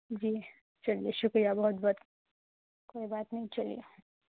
جی چلیے شُکریہ بہت بہت کوئی بات نہیں چلیے